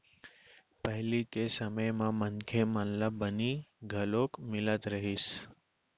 पहिली के समे म मनखे मन ल बनी घलोक मिलत रहिस हे